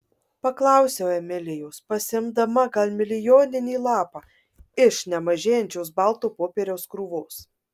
paklausiau emilijos pasiimdama gal milijoninį lapą iš nemažėjančios balto popieriaus krūvos